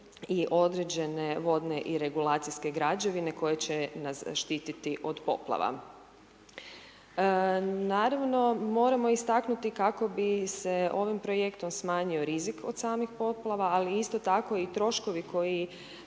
i određene vodne i regulacijske građevine koje će nas štititi od poplava. Naravno, moramo istaknuti kako bi se ovim projektom smanjio rizik od samih poplava, ali isto tako i troškovi koji